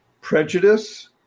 prejudice